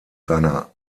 seiner